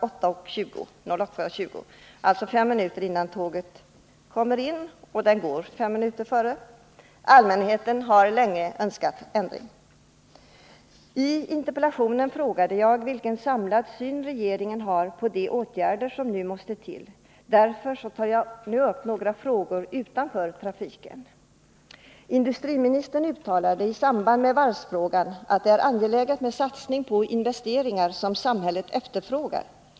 08.20, alltså fem minuter innan tåget kommer in. Allmänheten har länge önskat en ändring. I interpellationen frågade jag vilken samlad syn regeringen har på de åtgärder som nu måste till. Därför tar jag också upp några frågor utanför trafiken. Industriministern uttalade i samband med varvsfrågan att det är angeläget med satsning på investeringar som samhället efterfrågar.